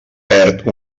perd